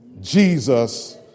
Jesus